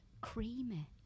creamy